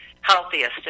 healthiest